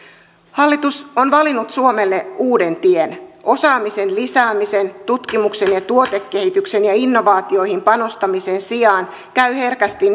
hallitus on valinnut suomelle uuden tien osaamisen lisäämisen tutkimuksen ja tuotekehityksen ja innovaatioihin panostamisen sijaan käy herkästi